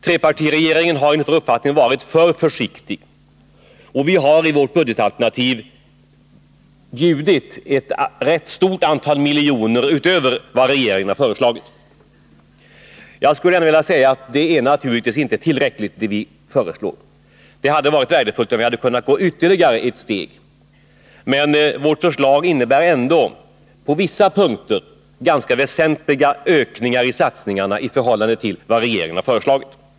Trepartiregeringen har, enligt vår uppfattning, varit för försiktig, och vi har i vårt budgetalternativ bjudit ett rätt stort antal miljoner utöver vad regeringen har föreslagit. Det vi föreslår är naturligtvis inte tillräckligt, men vårt förslag innebär ändå ganska väsentliga ökningar i satsningarna i förhållande till vad regeringen föreslagit.